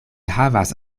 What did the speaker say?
havas